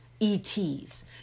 ETs